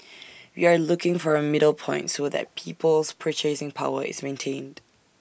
we are looking for A middle point so that people's purchasing power is maintained